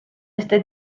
este